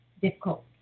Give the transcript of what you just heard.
difficult